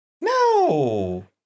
No